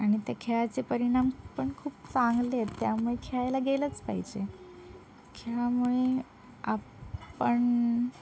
आणि ते खेळाचे परिणाम पण खूप चांगले आहेत त्यामुळे खेळायला गेलंच पाहिजे खेळामुळे आपण